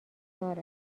دار